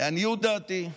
לעניות דעתי,